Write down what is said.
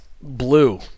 blue